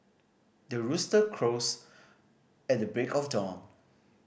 the rooster crows at the break of dawn